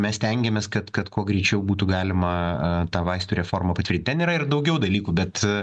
mes stengiamės kad kad kuo greičiau būtų galima tą vaistų reformą bet ir ten yra ir daugiau dalykų bet